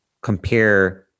compare